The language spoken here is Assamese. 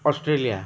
অষ্ট্ৰেলিয়া